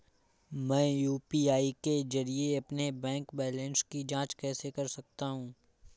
मैं यू.पी.आई के जरिए अपने बैंक बैलेंस की जाँच कैसे कर सकता हूँ?